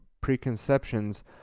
preconceptions